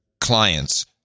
clients